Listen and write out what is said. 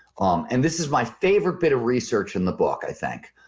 um and this is my favorite bit of research in the book, i think,